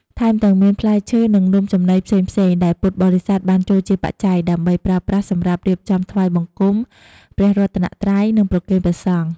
ថែមទាំងមានផ្លែឈើ និងនំចំណីផ្សេងៗដែលពុទ្ធបរិស័ទបានចូលជាបច្ច័យ ដើម្បីប្រើប្រាស់សម្រាប់រៀបចំថ្វាយបង្គំព្រះរតនត្រ័យ និងប្រគេនព្រះសង្ឃ។